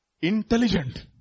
Intelligent